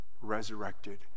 resurrected